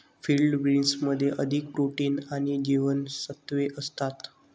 field बीन्समध्ये अधिक protein आणि जीवनसत्त्वे असतात